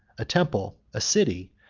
a temple, a city,